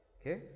Okay